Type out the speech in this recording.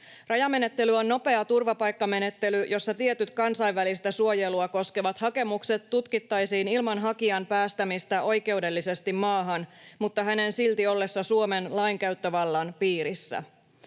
Rajamenettely on nopea turvapaikkamenettely, jossa tietyt kansainvälistä suojelua koskevat hakemukset tutkittaisiin ilman hakijan päästämistä oikeudellisesti maahan mutta hänen silti ollessa Suomen lainkäyttövallan piirissä.